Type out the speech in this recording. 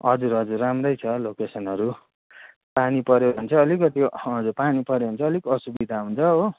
हजुर हजुर राम्रै छ लोकेसनहरू पानी पर्यो भने चाहिँ अलिकति हजुर पानी पर्यो भने चाहिँ अलिक असुविधा हुन्छ हो